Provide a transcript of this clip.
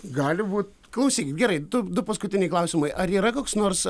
gali būt klausyk gerai du du paskutiniai klausimai ar yra koks nors